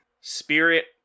spirit